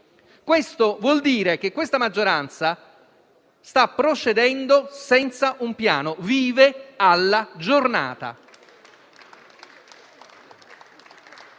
Ciò vuol dire che questa maggioranza sta procedendo senza un piano e vive alla giornata.